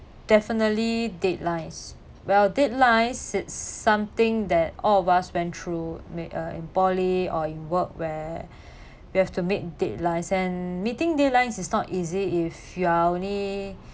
definitely deadlines well deadlines its something that all of us went through err in poly or in work where we have to meet deadlines and meeting deadlines is not easy if you are only